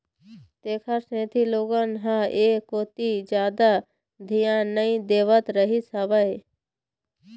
तेखर सेती लोगन ह ऐ कोती जादा धियान नइ देवत रहिस हवय